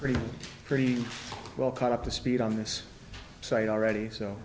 pretty pretty well caught up to speed on this site already so